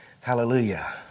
Hallelujah